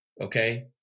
okay